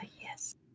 yes